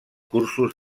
cursos